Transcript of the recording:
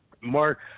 Mark